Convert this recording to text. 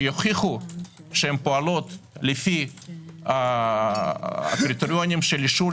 שיוכיחו שהן פועלות לפי הקריטריונים של אישור